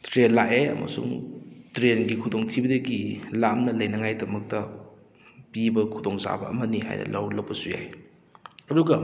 train ꯂꯥꯀꯑꯦ ꯑꯃꯁꯨꯡ ꯇ꯭ꯔꯦꯟꯒꯤ ꯈꯨꯗꯣꯡ ꯊꯤꯕꯗꯒꯤ ꯂꯥꯞꯅ ꯂꯩꯅꯉꯥꯏꯗꯃꯛꯇ ꯄꯤꯕ ꯈꯨꯗꯣꯡ ꯆꯥꯕ ꯑꯃꯅꯤ ꯍꯥꯏꯅ ꯂꯧꯕꯁꯨ ꯌꯥꯏ ꯑꯗꯨꯒ